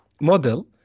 model